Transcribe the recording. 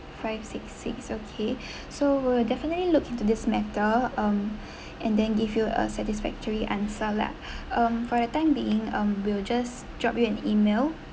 five six six okay so we'll definitely look into this matter um and then give you a satisfactory answer lah um for the time being um we'll just drop you an email